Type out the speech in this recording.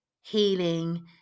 healing